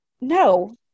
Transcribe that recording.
No